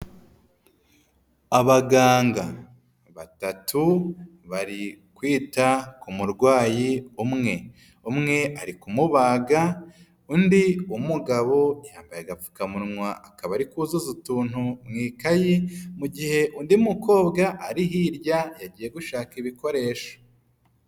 Abaganga batatu bari kwita ku murwayi umwe. Umwe ari kumubaga ,undi w'umugabo yambaye agapfukamunwa akaba ari kuzuza utuntu mu ikayi mu gihe undi mukobwa ari hirya yagiye gushaka ibikoresho.